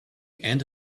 and